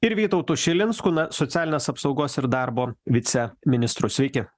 ir vytautu šilinsku na socialinės apsaugos ir darbo viceministru sveiki